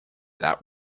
that